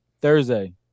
Thursday